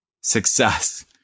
success